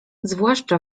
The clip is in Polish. zwłaszcza